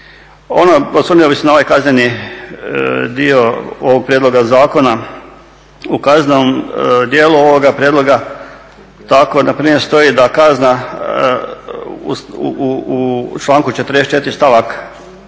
Ono, osvrnuo bih se na ovaj kazneni dio ovoga prijedloga zakona, u kaznenom dijelu ovoga prijedloga tako npr. stoji da kazna u članku 44. stavak